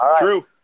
true